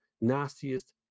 nastiest